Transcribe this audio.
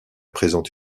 présente